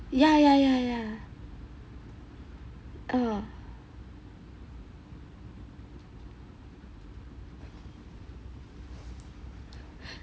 ya ya ya ya